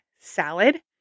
salad